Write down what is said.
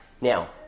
Now